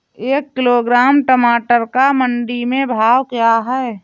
एक किलोग्राम टमाटर का मंडी में भाव क्या है?